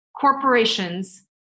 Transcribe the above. corporations